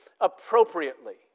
appropriately